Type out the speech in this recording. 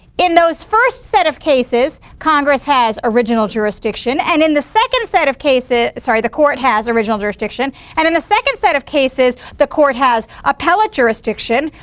in those first set of cases, congress has original jurisdiction and in the second set of cases sorry, the court has original jurisdiction. and in the second set of cases the court has appellate jurisdiction.